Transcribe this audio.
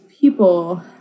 people